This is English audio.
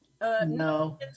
No